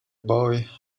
boy